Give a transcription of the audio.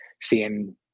seeing